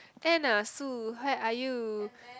Anna Sue where are you